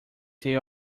they